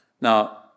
Now